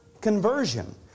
conversion